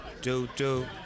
Do-do